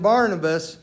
Barnabas